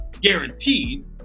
guaranteed